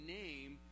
name